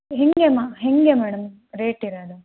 ಹೇಗೆ ಮ ಹೇಗೆ ಮೇಡಂ ರೇಟ್ ಇರೋದು